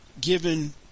given